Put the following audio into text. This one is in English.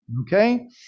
okay